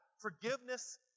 Forgiveness